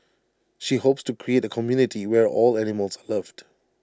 she hopes to create A community where all animals are loved